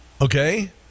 okay